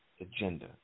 agenda